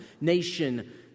nation